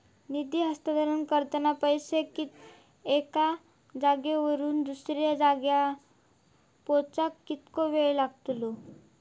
निधी हस्तांतरण करताना पैसे एक्या जाग्यावरून दुसऱ्या जाग्यार पोचाक कितको वेळ लागतलो?